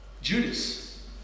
Judas